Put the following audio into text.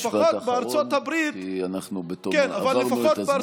משפט אחרון, כי עברנו את הזמן כבר.